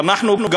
וגם אנחנו,